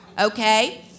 Okay